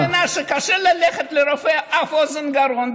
אני מבינה שקשה ללכת לרופא אף-אוזן-גרון,